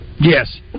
Yes